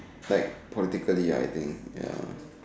like politically I think ya